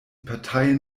parteien